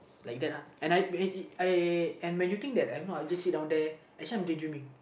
like that uh and I I and when you think that I just sit down there actually I'm daydreaming